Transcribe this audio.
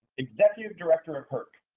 executive director of herc.